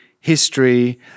History